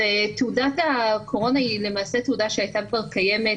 אז תעודת הקורונה היא למעשה תעודה שהייתה כבר קיימת,